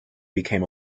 became